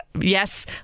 yes